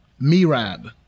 mirab